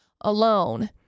alone